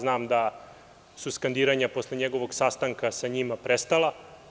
Znam da su skandiranja posle njegovog sastanka sa njima prestala.